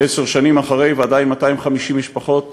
עשר שנים אחרי, ועדיין 250 משפחות